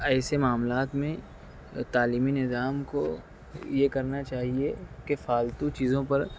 ایسے معاملات میں تعلیمی نظام کو یہ کرنا چاہیے کہ فالتو چیزوں پر